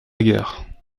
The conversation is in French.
guerre